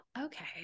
Okay